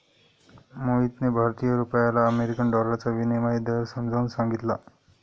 मोहितने भारतीय रुपयाला अमेरिकन डॉलरचा विनिमय दर समजावून सांगितला